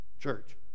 Church